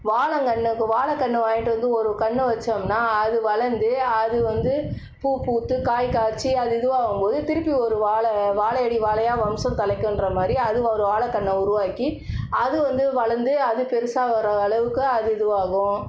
வாழங்க கன்று வாழை கன்று வாங்கிட்டு வந்து ஒரு கன்று வைச்சோம்னா அது வளர்ந்து அது வந்து பூப்பூத்து காய்க் காய்த்து அது இதுவாகும்போது திருப்பி ஒரு வாழ வாழையடி வாழையாக வம்சம் தலைக்குங்ற மாதிரி அது ஒரு வாழை கன்றை உருவாக்கி அது வந்து வளர்ந்து அது பெருசாகிற அளவுக்கு அது இதுவாகும்